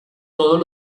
todos